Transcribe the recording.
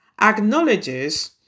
acknowledges